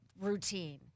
routine